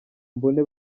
mbone